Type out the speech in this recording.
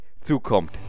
zukommt